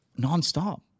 nonstop